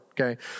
okay